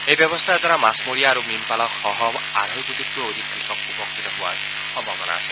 এই ব্যৱস্থাৰ দ্বাৰা মাছমৰীয়া আৰু মীন পালকসহ আঢ়ৈ কোটিতকৈ অধিক কৃষক উপকৃত হোৱাৰ সম্ভাৱনা আছে